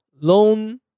loan